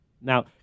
Now